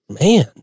Man